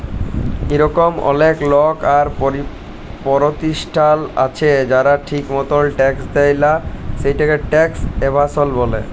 ইরকম অলেক লক আর পরতিষ্ঠাল আছে যারা ঠিক মতল ট্যাক্স দেয় লা, সেটকে ট্যাক্স এভাসল ব্যলে